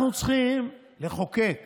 אנחנו צריכים לחוקק